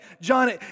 John